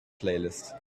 playlist